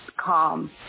calm